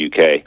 UK